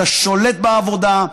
אתה שולט בעבודה,